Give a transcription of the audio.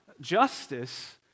justice